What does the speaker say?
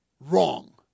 wrong